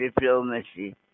diplomacy